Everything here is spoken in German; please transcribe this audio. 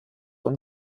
und